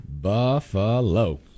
Buffalo